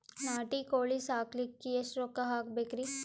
ನಾಟಿ ಕೋಳೀ ಸಾಕಲಿಕ್ಕಿ ಎಷ್ಟ ರೊಕ್ಕ ಹಾಕಬೇಕ್ರಿ?